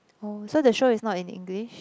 oh so the show is not in English